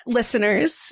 listeners